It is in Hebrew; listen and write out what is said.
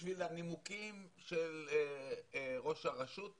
בשביל הנימוקים של ראש הרשות,